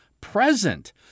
present